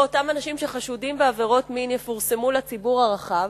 שמות אנשים שחשודים בעבירות מין יפורסמו לציבור הרחב